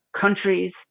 countries